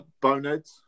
boneheads